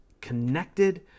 connected